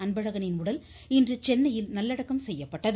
அன்பழகனின் உடல் இன்று சென்னையில் நல்லடக்கம் செய்யப்பட்டது